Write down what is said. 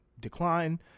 decline